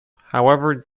however